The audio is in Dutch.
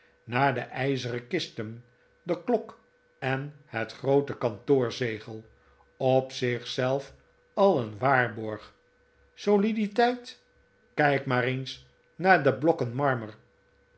naar de ijzeren kisten de klok en het groote kantoorzegel op zich zelf al een waarborg soliditeit kijk maar eens naar de blokken mariner